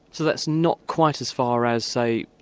so that's not quite as far as, say,